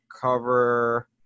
cover –